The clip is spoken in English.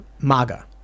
MAGA